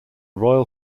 royal